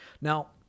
now